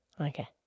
Okay